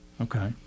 Okay